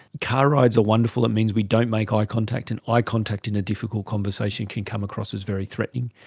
car rides are wonderful, it means we don't make ah eye contact, and eye contact in a difficult conversation can come across as very threatening.